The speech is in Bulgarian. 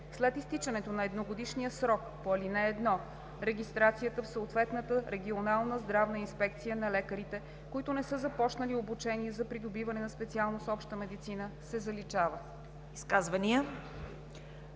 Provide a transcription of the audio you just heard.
След изтичането на едногодишния срок по ал. 1 регистрацията в съответната регионална здравна инспекция на лекарите, които не са започнали обучение за придобиване на специалност „Обща медицина“, се заличава.“